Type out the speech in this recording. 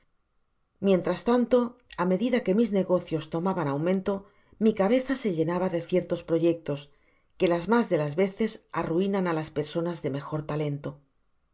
mientras tanto á medida que mis negocios tomaban aumento mi cabeza se llenaba de ciertos proyectos que las mas de las veces arruinan á las personas de mejor talento